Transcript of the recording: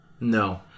No